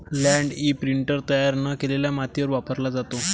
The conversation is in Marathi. लँड इंप्रिंटर तयार न केलेल्या मातीवर वापरला जातो